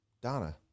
Donna